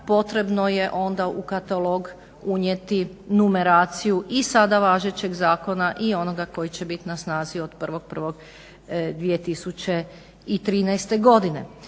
potrebno je onda u katalogu unijeti numeraciju i sada važećeg zakona i onoga koji će bit na snazi od 1.1.2013. godine.